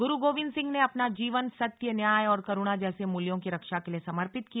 गुरु गोविन्द सिंह ने अपना जीवन सत्य न्याय और करुणा जैसे मूल्यों की रक्षा के लिये समर्पित किया